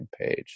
page